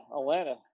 Atlanta